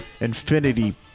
infinity